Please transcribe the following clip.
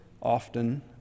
often